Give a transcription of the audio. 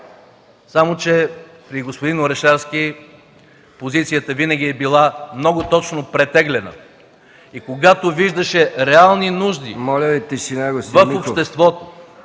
Само че при господин Орешарски позицията винаги е била много точно претеглена и когато виждаше реални нужди в обществото